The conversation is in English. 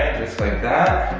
like that.